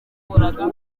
rwanda